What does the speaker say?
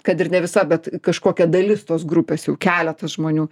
kad ir ne visa bet kažkokia dalis tos grupės jau keletas žmonių